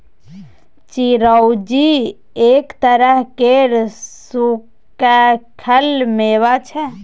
चिरौंजी एक तरह केर सुक्खल मेबा छै